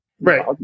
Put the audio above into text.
right